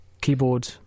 Keyboard